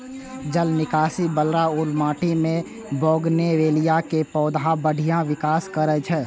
जल निकासी बला उर्वर माटि मे बोगनवेलिया के पौधा बढ़िया विकास करै छै